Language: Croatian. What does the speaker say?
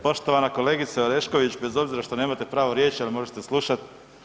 Poštovana kolegice Orešković, bez obzira što nemate pravo riječi, ali možete slušat.